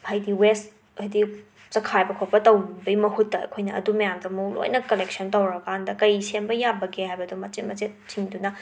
ꯍꯥꯏꯗꯤ ꯋꯦꯁ ꯍꯗꯤ ꯆꯈꯥꯏꯕ ꯈꯣꯠꯄ ꯇꯧꯕꯒꯤ ꯃꯍꯨꯠꯇ ꯑꯩꯈꯣꯏꯅ ꯑꯗꯨ ꯃꯌꯥꯝꯗꯣꯃꯨꯛ ꯂꯣꯏꯅ ꯑꯃꯨꯛ ꯀꯂꯦꯛꯁꯟ ꯇꯧꯔꯀꯥꯟꯗ ꯀꯩ ꯁꯦꯝꯕ ꯌꯥꯕꯒꯦ ꯍꯥꯏꯕꯗꯣ ꯃꯆꯦꯠ ꯃꯆꯦꯠꯁꯤꯡꯗꯨꯅ